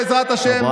בעזרת השם,